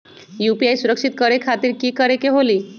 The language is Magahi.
यू.पी.आई सुरक्षित करे खातिर कि करे के होलि?